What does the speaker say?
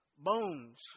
Bones